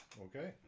Okay